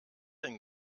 den